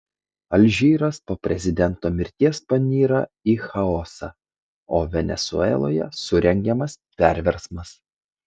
alžyras po prezidento mirties panyra į chaosą o venesueloje surengiamas perversmas